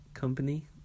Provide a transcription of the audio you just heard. company